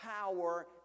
power